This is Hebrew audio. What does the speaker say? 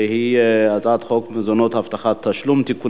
שהיא הצעת חוק המזונות (הבטחת תשלום) (תיקון